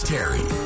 Terry